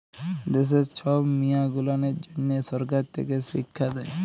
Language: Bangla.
দ্যাশের ছব মিয়াঁ গুলানের জ্যনহ সরকার থ্যাকে শিখ্খা দেই